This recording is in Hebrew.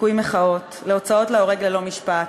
לדיכוי מחאות, להוצאות להורג ללא משפט,